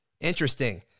Interesting